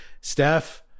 Steph